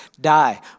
die